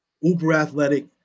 Uber-athletic